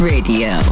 Radio